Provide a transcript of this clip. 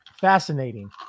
Fascinating